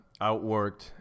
outworked